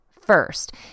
First